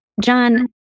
John